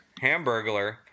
hamburglar